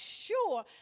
sure